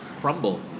crumble